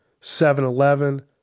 7-Eleven